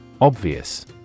Obvious